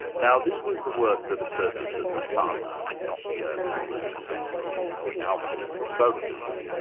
now this was the work that asserted that the sun, and not the earth, was at the centre of what we now call the solar system.